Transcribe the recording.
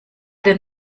den